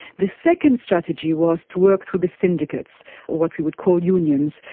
the second strategy was to work through the syndicates, or what we would call unions.